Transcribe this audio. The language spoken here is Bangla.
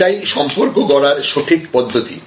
এটাই সম্পর্ক গড়ার সঠিক পদ্ধতি